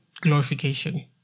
glorification